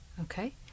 Okay